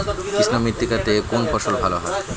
কৃষ্ণ মৃত্তিকা তে কোন ফসল ভালো হয়?